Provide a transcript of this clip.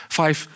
five